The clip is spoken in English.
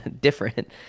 different